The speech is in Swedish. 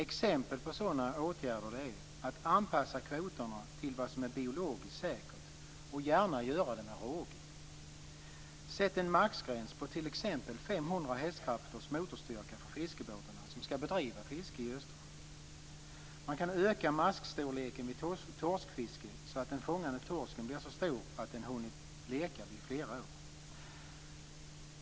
Exempel på sådana åtgärder är att anpassa kvoterna till vad som är biologiskt säkert och gärna göra det med råge. Sätt en maxgräns på t.ex. 500 hästkrafters motorstyrka för fiskebåtarna som ska bedriva fiske i Östersjön. Man kan öka maskstorleken vid torskfiske så att den fångade torsken blir så stor att den hunnit leka i flera år.